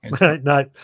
no